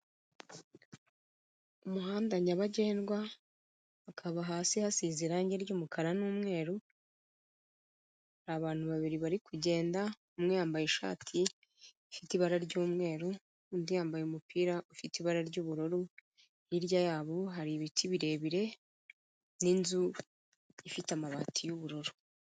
Umuhanda nyabagendwa hakaba hasi hasize irange ry'umukara n'umweru, hari abantu babiri bari kugenda umwe yambaye ishati ifite ibara ry'umweru, undi yambaye umupira ufite ibara ry'ubururu, hirya yabo hari ibiti birebire n'inzu ifite amabati y'ubururu.